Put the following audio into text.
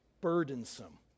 burdensome